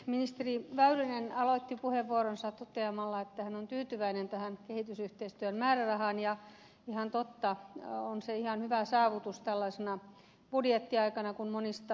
ministeri väyrynen aloitti puheenvuoronsa toteamalla että hän on tyytyväinen tähän kehitysyhteistyön määrärahaan ja ihan totta on se ihan hyvä saavutus tällaisena budjettiaikana kun monista asioista supistetaan